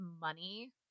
money